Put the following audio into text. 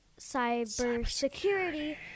cybersecurity